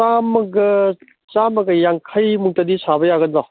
ꯆꯥꯝꯃꯒ ꯆꯥꯝꯃꯒ ꯌꯥꯡꯈꯩꯃꯨꯛꯇꯗꯤ ꯁꯥꯕ ꯌꯥꯒꯗ꯭ꯔꯣ